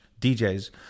DJs